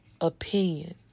opinion